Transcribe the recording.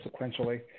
sequentially